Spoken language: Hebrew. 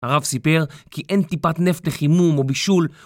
הרב סיפר כי אין טיפת נפט לחימום או בישול